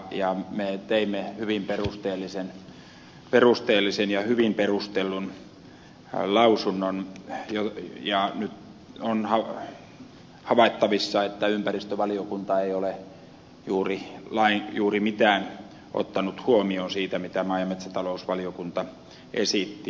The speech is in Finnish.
me teimme hyvin perusteellisen ja hyvin perustellun lausunnon ja nyt on havaittavissa että ympäristövaliokunta ei ole juuri mitään ottanut huomioon siitä mitä maa ja metsätalousvaliokunta esitti